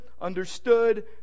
understood